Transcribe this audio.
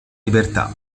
libertà